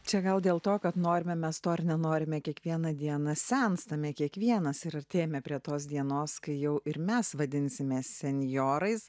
čia gal dėl to kad norime mes to ar nenorime kiekvieną dieną senstame kiekvienas ir artėjame prie tos dienos kai jau ir mes vadinsimės senjorais